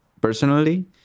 personally